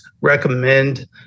recommend